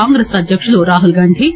కాంగ్రెస్ అధ్యకుడు రాహుల్ గాంధీ